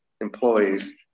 employees